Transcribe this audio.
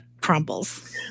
crumbles